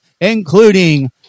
including